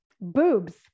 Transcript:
boobs